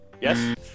Yes